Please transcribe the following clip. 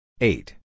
Eight